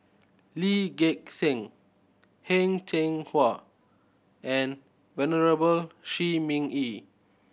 Lee Gek Seng Heng Cheng Hwa and Venerable Shi Ming Yi